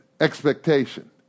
expectation